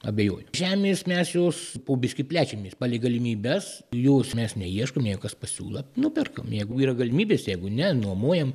abejoju žemės mes jos po biskį plečiamės palei galimybes jos mes neieškom jeigu kas pasiūlo nuperkam jeigu yra galimybės jeigu ne nuomojam